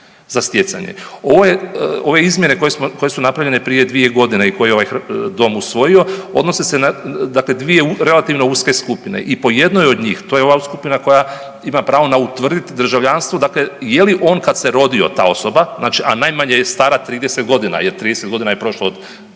za stjecanje. Ove izmjene koje su napravljene prije dvije godine i koje je ovaj dom usvojio odnose se dakle dvije relativno uske skupine. I po jednoj od njih, to je ova skupina koja ima pravo utvrditi državljanstvo dakle je li on kad se rodio ta osoba, a najmanje je stara 30 godina jer 30 godina je prošlo od